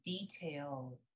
detailed